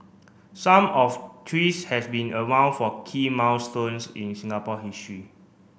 some of trees has been around for key milestones in Singapore history